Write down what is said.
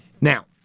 Now